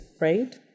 right